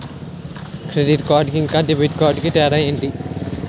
Credit card కి ఇంకా debit card కి తేడా ఏంటి?